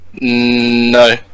No